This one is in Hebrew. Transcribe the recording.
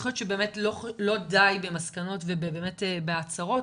אני חושבת שלא די במסקנות ובהצהרות,